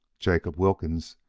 jacob wilkins,